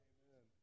Amen